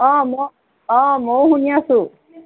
অঁ মই অঁ মইও শুনি আছোঁ